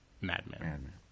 madman